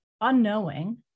unknowing